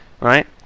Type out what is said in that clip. right